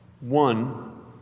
One